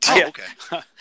okay